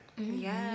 Yes